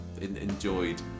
enjoyed